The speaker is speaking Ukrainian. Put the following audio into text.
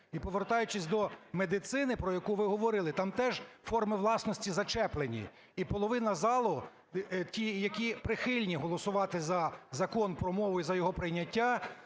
І, повертаючись до медицини, про яку ви говорили, там теж форми власності зачеплені, і половина залу - ті, які прихильні голосувати за Закон про мову і за його прийняття,